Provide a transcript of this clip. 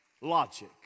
logic